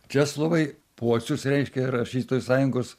česlovai pocius reiškia rašytojų sąjungos